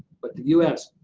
but the u s,